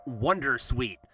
Wondersuite